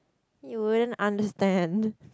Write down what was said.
you won't understand